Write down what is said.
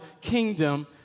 kingdom